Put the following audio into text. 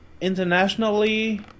internationally